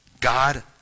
God